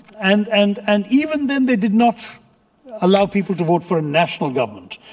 and and and even then they did not allow people to vote for a national government.